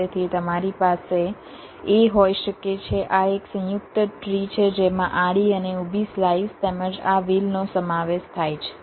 તેથી તમારી પાસે a હોઈ શકે છે આ એક સંયુક્ત ટ્રી છે જેમાં આડી અને ઊભી સ્લાઇસ તેમજ આ વ્હીલનો સમાવેશ થાય છે